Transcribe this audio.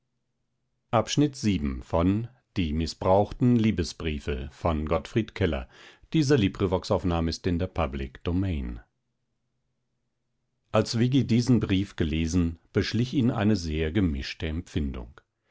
käthchen ambach als viggi diesen brief gelesen beschlich ihn eine sehr gemischte empfindung